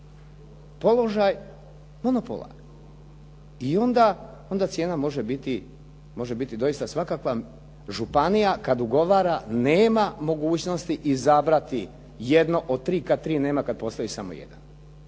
položaj monopola i onda cijena može biti doista svakakva. Županija kada ugovara nema mogućnosti izabrati jedno od tri, kada tri nema, kada postoji samo jedan.